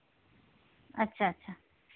ᱟᱪᱪᱷᱟ ᱟᱪᱪᱷᱟ